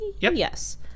yes